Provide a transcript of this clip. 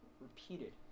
repeated